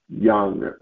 young